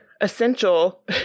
essential